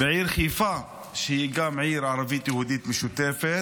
בעיר חיפה, שגם היא עיר ערבית-יהודית משותפת.